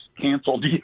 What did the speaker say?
canceled